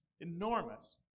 enormous